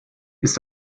ist